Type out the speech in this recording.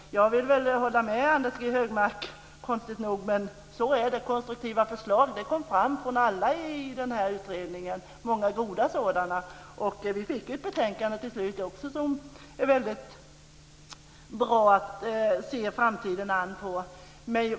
Jag vill hålla med Anders G Högmark; det är konstigt, men så är det. Konstruktiva förslag kom fram från alla i denna utredning - många goda sådana. Vi fick ett betänkande till slut som det är väldigt bra att se framtiden an utifrån.